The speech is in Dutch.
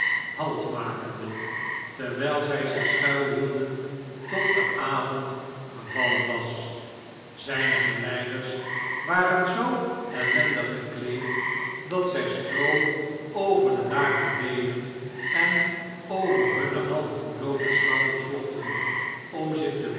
halt makende terwijl zij zich schuilhielden tot de avond gevallen was zgne geleiders waren zoo ellendig gekleed dat zg stroo over de naakte beenen en overhunne half ontblootte schouders vlochten om zich te